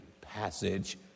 passage